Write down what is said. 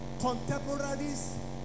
contemporaries